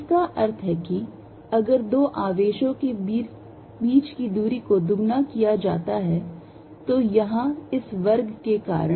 इसका अर्थ है कि अगर दो आवेशों के बीच की दूरी को दोगुना किया जाता है तो यहां इस वर्ग के कारण